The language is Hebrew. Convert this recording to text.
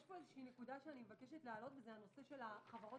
יש פה נקודה שאני מבקשת להעלות הנושא של החברות